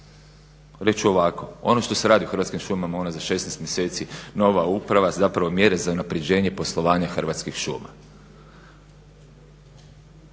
ću ovako, ono što se radi u Hrvatskim šumama unazad 16 mjeseci nova uprava, zapravo mjere za unapređenje poslovanja Hrvatskih šuma.